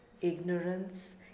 Ignorance